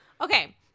Okay